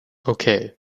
okay